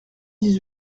dix